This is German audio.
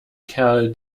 kerl